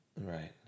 Right